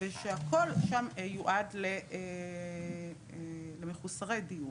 כשהכל שם יועד למחוסרי דיור.